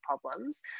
problems